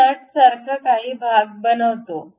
हे नट सारखा काही भाग बनवतो